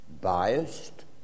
Biased